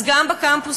אז גם בקמפוסים,